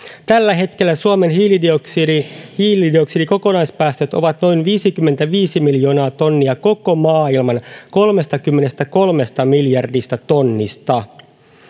tällä hetkellä suomen hiilidioksidikokonaispäästöt ovat noin viisikymmentäviisi miljoonaa tonnia koko maailman kolmestakymmenestäkolmesta miljardista tonnista